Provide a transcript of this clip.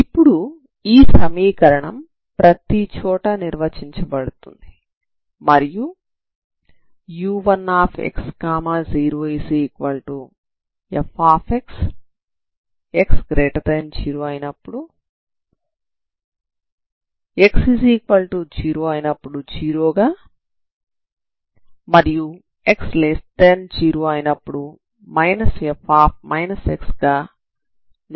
ఇప్పుడు ఈ సమీకరణం ప్రతి చోటా నిర్వచించబడుతుంది మరియు u1x0fx x0 0 x0 f x x0 అవుతుంది